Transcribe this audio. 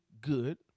good